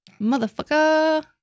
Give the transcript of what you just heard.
motherfucker